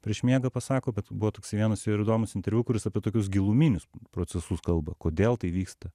prieš miegą pasako kad buvo toksai vienas jo ir įdomus interviu kur jis apie tokius giluminius procesus kalba kodėl tai vyksta